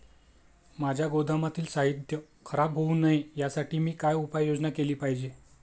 माझ्या गोदामातील साहित्य खराब होऊ नये यासाठी मी काय उपाय योजना केली पाहिजे?